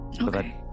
Okay